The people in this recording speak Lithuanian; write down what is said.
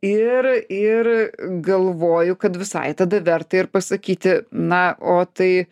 ir ir galvoju kad visai tada verta ir pasakyti na o tai